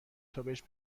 تابهش